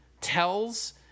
tells